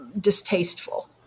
Distasteful